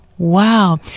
Wow